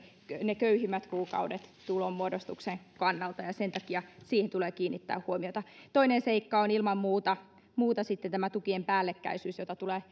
ne köyhimmät kuukaudet tulonmuodostuksen kannalta ja sen takia siihen tulee kiinnittää huomiota toinen seikka on ilman muuta muuta tämä tukien päällekkäisyys jota tulee